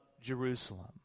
jerusalem